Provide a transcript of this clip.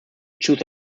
choose